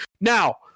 Now